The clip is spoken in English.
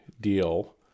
deal